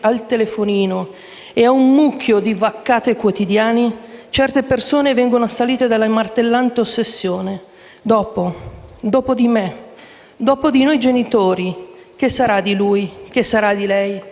al telefonino e a un mucchio di "vaccate" quotidiane, certe persone vengono assalite da una martellante ossessione: dopo, dopo di me, "dopo di noi" genitori, che sarà di lui, che sarà di lei